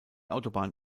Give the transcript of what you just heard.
autobahn